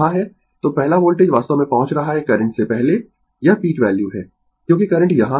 तो पहला वोल्टेज वास्तव में पहुंच रहा है करंट से पहले यह पीक वैल्यू है क्योंकि करंट यहाँ है